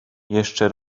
jeszcze